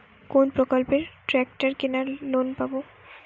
কোন প্রকল্পে ট্রাকটার কেনার লোন পাব?